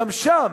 גם שם